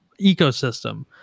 ecosystem